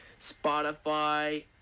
Spotify